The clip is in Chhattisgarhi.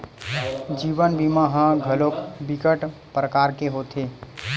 जीवन बीमा ह घलोक बिकट परकार के होथे